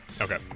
Okay